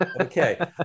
okay